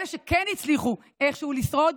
אלה שכן הצליחו איכשהו לשרוד,